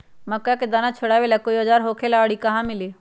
मक्का के दाना छोराबेला कोई औजार होखेला का और इ कहा मिली?